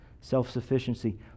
Self-sufficiency